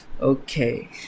Okay